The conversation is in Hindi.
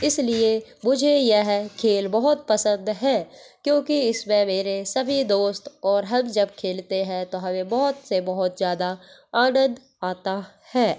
इसलिए मुझे यह खेल बहुत पसंद है क्योंकि इसमे मेरे सभी दोस्त और हम जब खेलते हैं तो हमें बहुत से बहुत ज़्यादा आनंद आता है